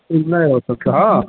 वह नहीं हाँ